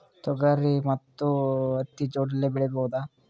ತೊಗರಿ ಮತ್ತು ಹತ್ತಿ ಜೋಡಿಲೇ ಬೆಳೆಯಬಹುದಾ?